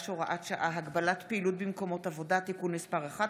(הוראת שעה) (הגבלת פעילות במקומות עבודה) (תיקון מס' 11),